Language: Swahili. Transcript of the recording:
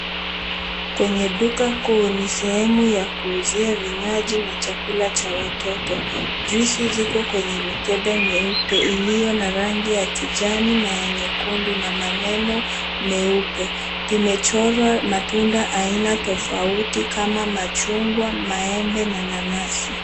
Kwenye duka kuu ni sehemu ya kuuzia vinywaji na vyakula vya watoto juice ziko kwenye mikebe mieupe iliyo na rangi ya kijani na ya nyekundu na maneno mieupe, imechorwa matunda ya aina tofauti kama machungwa, maembe na nanasi.